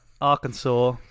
Arkansas